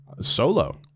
Solo